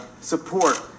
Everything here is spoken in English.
support